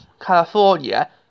California